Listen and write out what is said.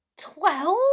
twelve